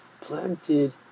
planted